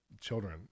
children